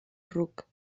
ruc